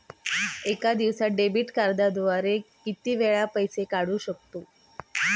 एका दिवसांत डेबिट कार्डद्वारे किती वेळा पैसे काढू शकतो?